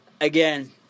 again